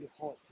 hot